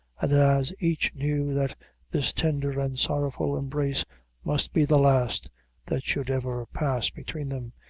and as each knew that this tender and sorrowful, embrace must be the last that should ever pass between them,